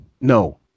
No